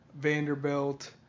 Vanderbilt